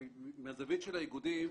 מהזווית של האיגודים,